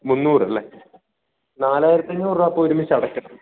മുന്നൂറല്ലേ നാലായിരത്തി അഞ്ഞൂറ് രൂപ അപ്പം ഒരുമിച്ചടയ്ക്കണം